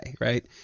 right